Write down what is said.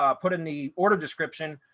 ah put in the order description,